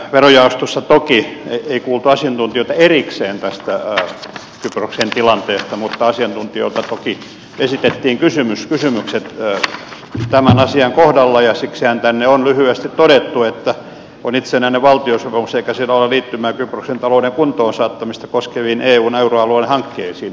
verojaostossa toki ei kuultu asiantuntijoita erikseen tästä kyproksen tilanteesta mutta asiantuntijoille toki esitettiin kysymykset tämän asian kohdalla ja siksihän tänne on lyhyesti todettu että on itsenäinen valtiosopimus eikä sillä ole liittymää kyproksen talouden kuntoonsaattamista koskeviin eun euroalueen hankkeisiin